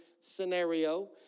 scenario